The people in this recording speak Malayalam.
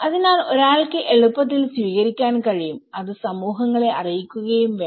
അതിനാൽ ഒരാൾക്ക് എളുപ്പത്തിൽ സ്വീകരിക്കാൻ കഴിയും അത് സമൂഹങ്ങളെ അറിയിക്കുകയും വേണം